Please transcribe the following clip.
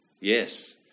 Yes